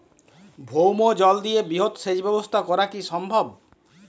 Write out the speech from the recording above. ভৌমজল দিয়ে বৃহৎ সেচ ব্যবস্থা করা কি সম্ভব?